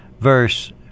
verse